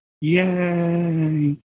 Yay